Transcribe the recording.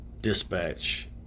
dispatch